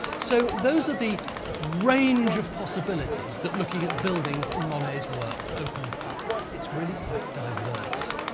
so, those are the range of possibilities that looking at buildings in monet's work opens up. it's really quite diverse.